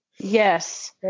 Yes